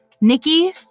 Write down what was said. Nikki